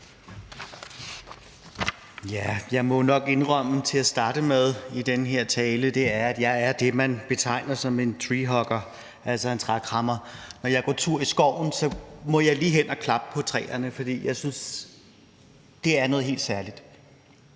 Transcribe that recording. jeg må jo nok indrømme til at starte med, at jeg er det, man betegner som en treehugger, altså en trækrammer. Når jeg går tur i skoven, må jeg lige hen og klappe på træerne, for jeg synes, det er noget helt særligt.